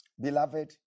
beloved